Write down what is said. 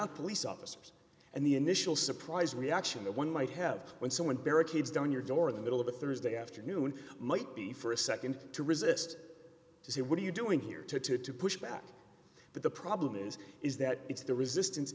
police officers and the initial surprise reaction that one might have when someone barricades down your door the middle of a thursday afternoon might be for a nd to resist to say what are you doing here to to to push back but the problem is is that it's the resistance